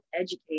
educate